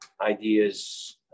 ideas